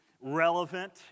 relevant